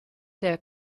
der